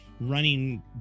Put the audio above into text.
running